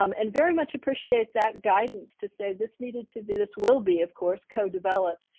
um and very much appreciate that guidance. to say this needed to be this will be of course co-developed.